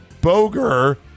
Boger